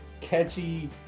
catchy